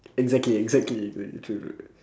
exactly exactly oh ya true true